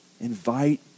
Invite